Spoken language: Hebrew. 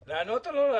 לענות או לא לענות?